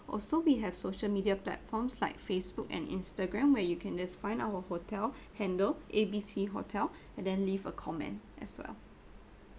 also we have social media platforms like facebook and instagram where you can just find our hotel handle A B C hotel and then leave a comment as well